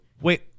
wait